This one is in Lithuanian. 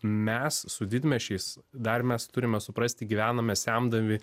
mes su didmiesčiais dar mes turime suprasti gyvenome semdami